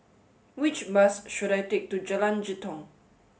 which bus should I take to Jalan Jitong